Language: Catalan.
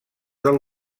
del